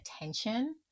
attention